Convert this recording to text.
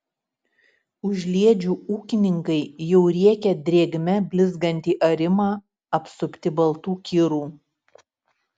užliedžių ūkininkai jau riekia drėgme blizgantį arimą apsupti baltų kirų